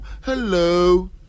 Hello